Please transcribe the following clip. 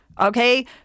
okay